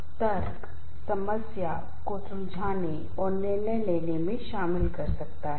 तनाव हमारे जीवन काम पर्यावरण आदि में समस्याओं के कारण मानसिक तनाव या चिंता की स्थिति है